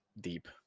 deep